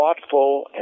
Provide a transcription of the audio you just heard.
thoughtful